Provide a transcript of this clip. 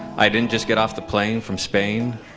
i didn't just get off the plane from spain.